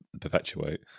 perpetuate